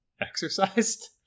exercised